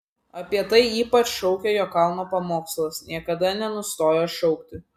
apie tai ypač šaukia jo kalno pamokslas niekada nenustoja šaukti